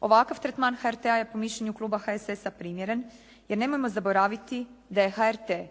Ovakav tretman HRT-a je po mišljenju Kluba HSS-a primjeren jer nemojmo zaboraviti da je HRT